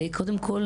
קודם כול,